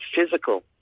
physical